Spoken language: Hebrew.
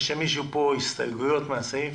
יש למישהו הסתייגויות מהסעיף?